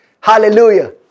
Hallelujah